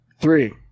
Three